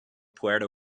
puerto